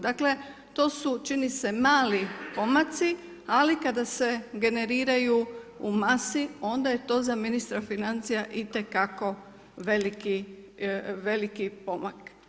Dakle, to su čini se mali pomaci, ali kada se generiraju u masi, onda je to za ministra financija itekako veliki pomak.